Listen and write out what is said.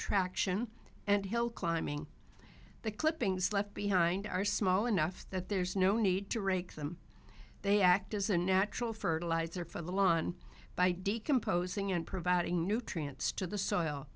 traction and hill climbing the clippings left behind are small enough that there's no need to rake them they act as a natural fertilizer for the lawn by decomposing and providing nutrients to the soil